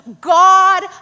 God